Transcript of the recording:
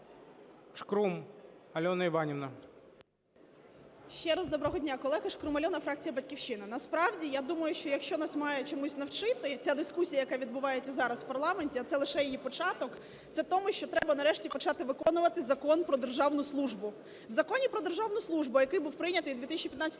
ШКРУМ А.І. Ще раз, доброго дня, колеги! Шкрум Альона, фракція "Батьківщина". Насправді, я думаю, що, якщо нас має чомусь навчити ця дискусія, яка відбувається зараз у парламенті, а це лише її початок, це тому, що треба нарешті почати виконувати Закон "Про державну службу". У Законі "Про державну службу", який був прийнятий у 2015 році,